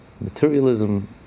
Materialism